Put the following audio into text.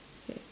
okay